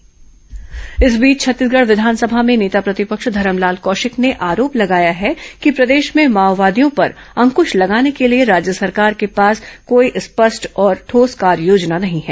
कौशिक बयान इस बीच छत्तीसगढ़ विधानसभा में नेता प्रतिपक्ष धरमलाल कौशिक ने आरोप लगाया है कि प्रदेश में माओवादियों पर अंकृश लगाने के लिए राज्य सरकार के पास कोई स्पष्ट और ठोस कार्ययोजना नहीं है